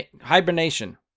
hibernation